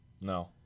No